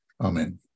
Amen